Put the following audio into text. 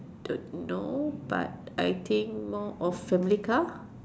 no but I think more of family car